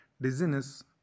dizziness